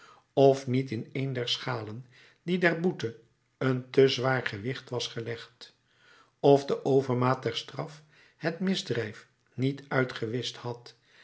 of niet in een der schalen die der boete een te zwaar gewicht was gelegd of de overmaat der straf het misdrijf niet uitgewischt had